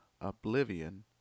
Oblivion